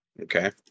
Okay